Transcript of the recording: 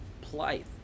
plight